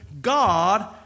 God